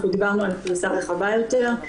אנחנו דיברנו על פריסה רחבה יותר,